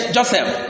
Joseph